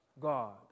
God